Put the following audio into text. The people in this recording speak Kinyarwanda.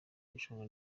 irushanwa